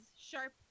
sharp